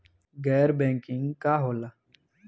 गैर बैंकिंग का होला?